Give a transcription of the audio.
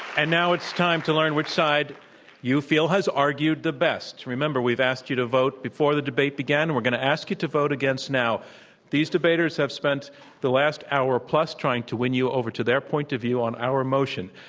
and now it's time to learn which side you feel has argued the best. remember, we've asked you to vote before the debate began. we're going to ask you to vote. so these debaters have spent the last hour plus trying to win you over to their point of view on our motion,